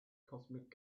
cosmic